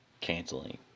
canceling